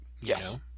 Yes